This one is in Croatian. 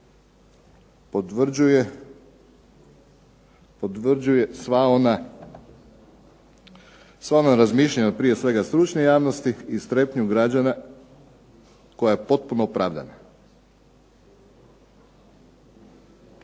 potvrđuje sva ona razmišljanja prije svega stručne javnosti i strepnju građana koja je potpuno opravdana,